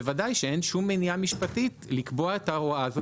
בוודאי שאין שום מניעה משפטית לקבוע את ההוראה ההורה הזאת,